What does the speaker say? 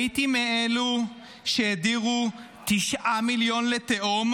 הייתי מאלו שהדהירו 9 מיליון לתהום,